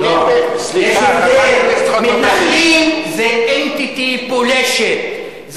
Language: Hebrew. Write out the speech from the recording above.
מתנחלים זה entity פולשת,